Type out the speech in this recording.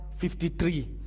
53